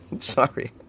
Sorry